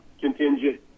contingent